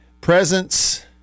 presence